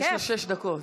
יש לה שש דקות.